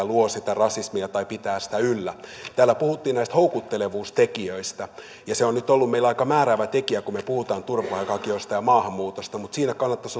luovat sitä rasismia tai pitävät sitä yllä täällä puhuttiin näistä houkuttelevuustekijöistä ja se on nyt ollut meillä aika määräävä tekijä kun me puhumme turvapaikanhakijoista ja maahanmuutosta mutta siinä kannattaisi